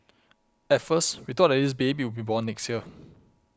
at first we thought that this baby would be born next year